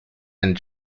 and